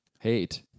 hate